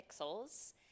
Pixels